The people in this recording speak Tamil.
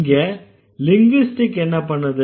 இங்க லிங்விஸ்டிக் என்ன பண்ணுது